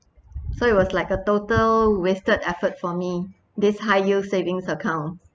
so it was like a total wasted effort for me this high yield savings account